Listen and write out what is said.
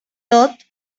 tot